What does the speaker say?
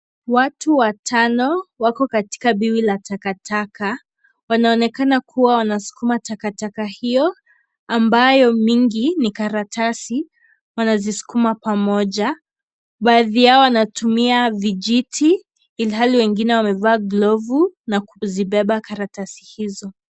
Watu watano wako katika biwi la takataka. Wanaonekana kuwa wanasukuma takataka hiyo. Ambayo mingi ni karatasi. Wanazisukuma pamoja. Baadhi yao wanatumia vijiti ilhali wengine wamebaki glovu na kuzibeba karatasi hizo.